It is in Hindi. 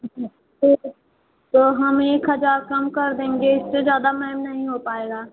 अच्छा तो तो हम एक हज़ार कम कर देंगे इससे ज़्यादा मैम नहीं हो पाएगा